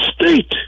state